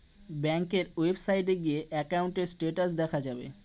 ব্যাঙ্কের ওয়েবসাইটে গিয়ে একাউন্টের স্টেটাস দেখা যাবে